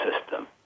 system